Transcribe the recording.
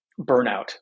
burnout